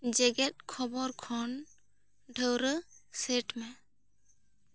ᱡᱮᱜᱮᱫ ᱠᱷᱚᱵᱚᱨ ᱠᱷᱚᱱ ᱰᱷᱟᱹᱣᱨᱟᱹ ᱥᱮᱴ ᱢᱮ